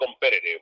competitive